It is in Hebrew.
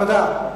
תודה.